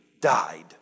died